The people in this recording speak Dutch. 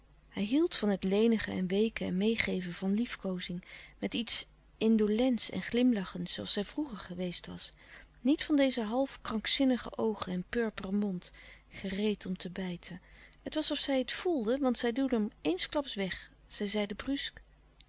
hij hield van het lenige en weeke en meêgeven van liefkoozing met iets indolents en glimlachends zooals zij vroeger geweest was niet van deze half krankzinnige oogen en purperen mond gereed om te bijten het was of zij het voelde want zij duwde hem eensklaps weg zij zeide brusk